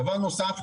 דבר נוסף,